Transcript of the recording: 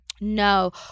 No